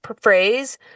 phrase